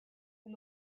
and